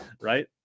right